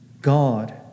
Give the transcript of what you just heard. God